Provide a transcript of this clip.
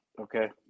okay